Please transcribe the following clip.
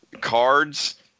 cards